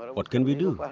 what can we do?